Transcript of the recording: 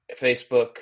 Facebook